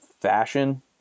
fashion –